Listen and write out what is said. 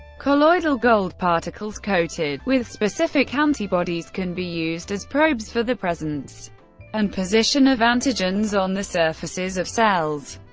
colloidal gold particles coated with specific antibodies can be used as probes for the presence and position of antigens on the surfaces of cells.